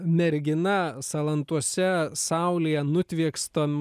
mergina salantuose saulėje nutviekstam